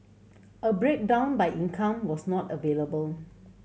a breakdown by income was not available